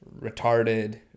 retarded